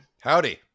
howdy